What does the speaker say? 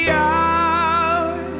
out